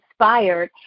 inspired